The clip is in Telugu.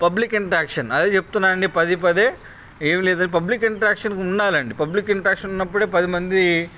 పబ్లిక్ ఇంటరాక్షన్ అదే చెప్తున్నానండి పదేపదే ఏం లేదండి పబ్లిక్ ఇంటరాక్షన్ ఉండాలండి పబ్లిక్ ఇంటరాక్షన్ ఉన్నప్పుడే పదిమంది